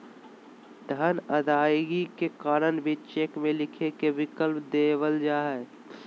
धन अदायगी के कारण भी चेक में लिखे के विकल्प देवल जा हइ